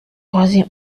troisième